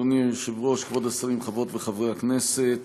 אדוני היושב-ראש, כבוד השרים, חברות וחברי הכנסת.